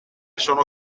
sono